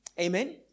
Amen